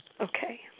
Okay